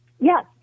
Yes